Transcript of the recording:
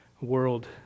world